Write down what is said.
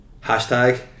hashtag